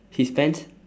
his pants